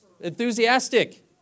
Enthusiastic